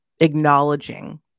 acknowledging